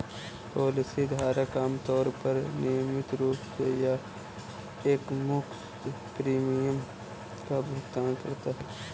policy धारक आमतौर पर नियमित रूप से या एकमुश्त प्रीमियम का भुगतान करता है